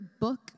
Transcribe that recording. book